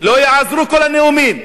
לא יעזרו כל הנאומים.